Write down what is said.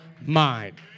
mind